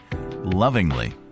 lovingly